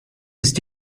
ist